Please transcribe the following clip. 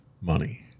money